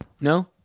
no